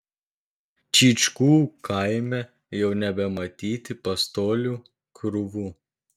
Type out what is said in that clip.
čyčkų kaime jau nebematyti pastolių krūvų